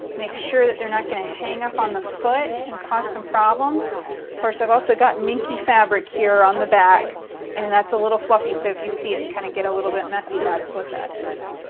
make sure that they're not going to hang up on the foot and cause some problems of course, i've also got minky fabric here on the back and that's a little fluffy, so if you see it kind of get a little bit messy, that's what that is.